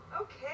Okay